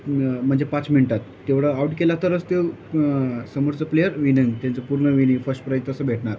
म्हणजे पाच मिनटात तेवढं आउट केला तरच तो समोरचं प्लेयर विनिंग त्यांचं पूर्ण विनिंग फस्ट प्राईज तसं भेटणार